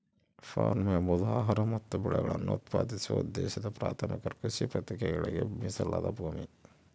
form ಎಂಬುದು ಆಹಾರ ಮತ್ತು ಬೆಳೆಗಳನ್ನು ಉತ್ಪಾದಿಸುವ ಉದ್ದೇಶದ ಪ್ರಾಥಮಿಕ ಕೃಷಿ ಪ್ರಕ್ರಿಯೆಗಳಿಗೆ ಮೀಸಲಾದ ಭೂಮಿ